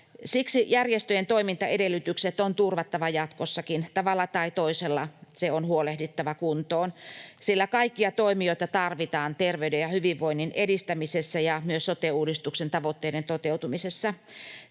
Siksi järjestöjen toimintaedellytykset on turvattava jatkossakin. Tavalla tai toisella ne on huolehdittava kuntoon, sillä kaikkia toimijoita tarvitaan terveyden ja hyvinvoinnin edistämisessä ja myös sote-uudistuksen tavoitteiden toteutumisessa.